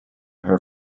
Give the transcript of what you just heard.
her